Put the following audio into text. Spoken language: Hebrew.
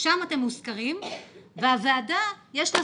שם אתם מוזכרים ולוועדה יש סמכות,